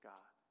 God